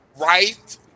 right